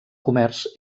comerç